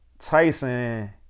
Tyson